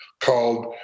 called